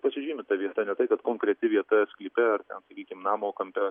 pažymi ta vieta ne tai kad konkreti vieta sklype ar ten sakykim namo kampe